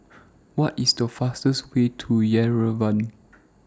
What IS The fastest Way to Yerevan